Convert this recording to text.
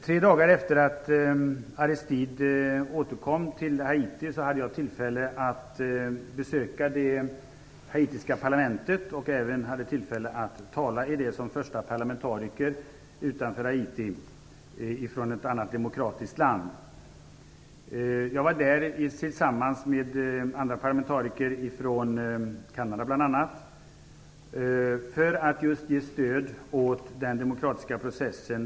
Tre dagar efter det att Aristide återkom till Haiti hade jag tillfälle att besöka det haitiska parlamentet och tala i det såsom förste utländske parlamentariker från ett demokratiskt land. Jag var där tillsammans med andra parlamentariker från bl.a. Kanada för att ge stöd åt den demokratiska processen.